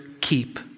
keep